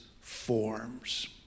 forms